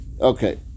okay